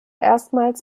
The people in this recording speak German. erstmals